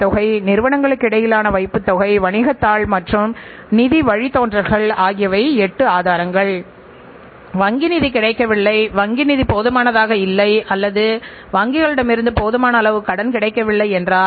6 சதவிகிதத்திற்கு அதிகமாக இருக்கக்கூடாது என்று குறிக்கோள் கூறுகிறது அதாவது உற்பத்தியில் 1 சதவிகிதம் கூட குறைபாடுடையதாக இருக்க கூடாது அல்லது எந்தவிதமான குறைபாடுகளையும் உருவாக்க கூடாது